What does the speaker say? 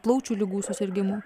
plaučių ligų susirgimų